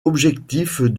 objectifs